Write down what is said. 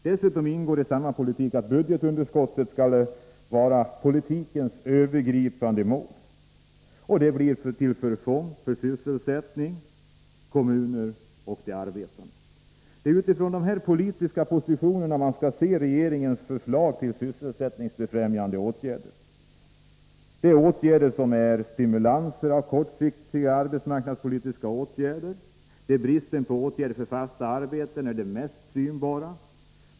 Dessutom sägs det att det övergripande målet för regeringens politik skall vara att minska budgetunderskottet, till förfång för sysselsättningen, kommunerna och de arbetande. Det är utifrån dessa politiska positioner som man skall se regeringens förslag till sysselsättningsbefrämjande åtgärder. Dessa åtgärder innebär en stimulans till kortsiktiga arbetsmarknadspolitiska lösningar, där bristen på åtgärder för fasta arbeten är det mest synbara.